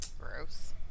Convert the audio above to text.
Gross